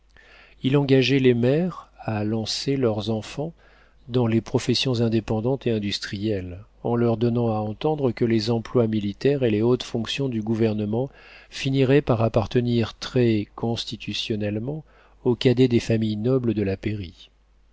il engageait les mères à lancer leurs enfants dans les professions indépendantes et industrielles en leur donnant à entendre que les emplois militaires et les hautes fonctions du gouvernement finiraient par appartenir très constitutionnellement aux cadets des familles nobles de la